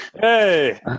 hey